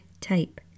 type